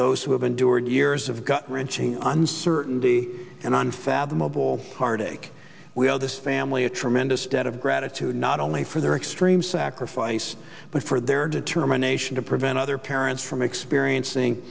those who have endured years of gut wrenching uncertainty and unfathomable heartache we owe this family a tremendous debt of gratitude not only for their extreme sacrifice but for their determination to prevent other parents from experiencing